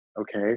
okay